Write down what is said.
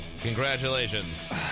Congratulations